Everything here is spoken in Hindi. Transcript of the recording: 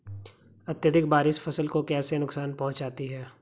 अत्यधिक बारिश फसल को कैसे नुकसान पहुंचाती है?